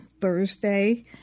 Thursday